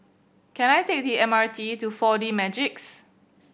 can I take the M R T to Four D Magix